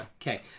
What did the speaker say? Okay